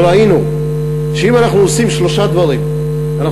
וראינו שאם אנחנו עושים שלושה דברים אנחנו